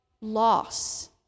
loss